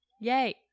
Yay